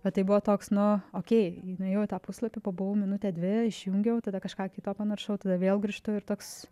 bet tai buvo toks nu okei nuėjau į tą puslapį pabuvau minutę dvi išjungiau tada kažką kito panaršau tada vėl grįžtu ir toks